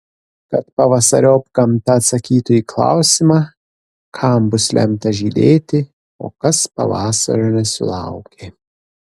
kad pavasariop gamta atsakytų į klausimą kam bus lemta žydėti o kas pavasario nesulaukė